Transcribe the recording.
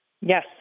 yes